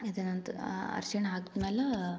ಇದೇನಂತ ಅರ್ಶಿಣ ಹಾಕಿದ್ಮೇಲ್